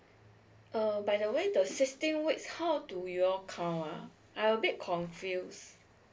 um by the way the sixteen weeks how do you count ah I'm a bit confused